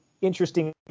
interesting